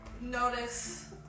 Notice